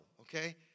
okay